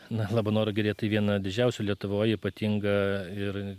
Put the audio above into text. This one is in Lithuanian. na labanoro giria tai viena didžiausių lietuvoj ypatinga ir